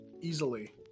easily